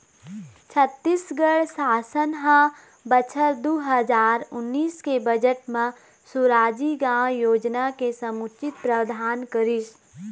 छत्तीसगढ़ सासन ह बछर दू हजार उन्नीस के बजट म सुराजी गाँव योजना के समुचित प्रावधान करिस